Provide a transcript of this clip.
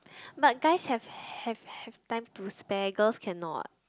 but guys have have have time to spare girls cannot